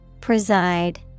Preside